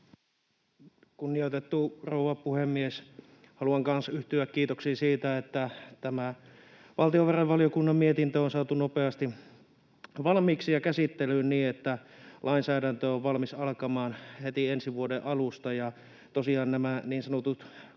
Kunnioitettu rouva puhemies! Haluan kanssa yhtyä kiitoksiin siitä, että tämä valtiovarainvaliokunnan mietintö on saatu nopeasti valmiiksi ja käsittelyyn niin, että lainsäädäntö on valmis alkamaan heti ensi vuoden alusta.